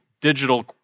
digital